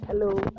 Hello